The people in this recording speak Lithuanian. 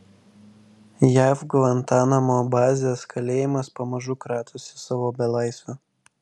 jav gvantanamo bazės kalėjimas pamažu kratosi savo belaisvių